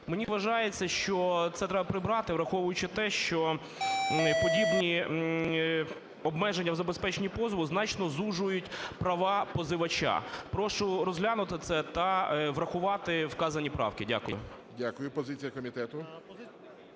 Мені вважається, що це треба прибрати, враховуючи те, що подібні обмеження в забезпеченні позову значно звужують права позивача. Прошу розглянути це та врахувати вказані правки. Дякую.